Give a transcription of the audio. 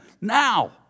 Now